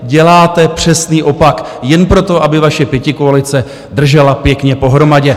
Děláte přesný opak jen proto, aby vaše pětikoalice držela pěkně pohromadě.